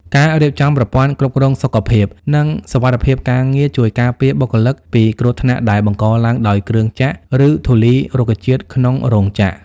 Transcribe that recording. ការរៀបចំប្រព័ន្ធគ្រប់គ្រងសុខភាព និងសុវត្ថិភាពការងារ ជួយការពារបុគ្គលិកពីគ្រោះថ្នាក់ដែលបង្កឡើងដោយគ្រឿងចក្រ ឬធូលីរុក្ខជាតិក្នុងរោងចក្រ។